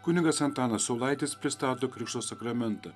kunigas antanas saulaitis pristato krikšto sakramentą